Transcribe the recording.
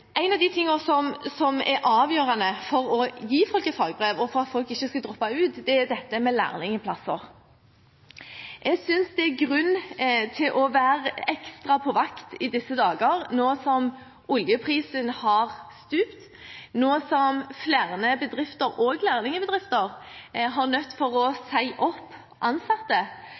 En av de tingene som er avgjørende for å gi folk et fagbrev, og for at folk ikke skal droppe ut, er dette med lærlingplasser. Jeg synes det er grunn til å være ekstra på vakt i disse dager, nå som oljeprisen har stupt, nå som flere bedrifter – også lærlingbedrifter – er nødt til å